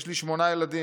'יש לי שמונה ילדים'.